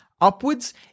upwards